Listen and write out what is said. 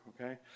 Okay